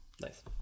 Nice